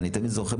ואני תמיד זוכר,